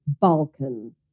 Balkan